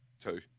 two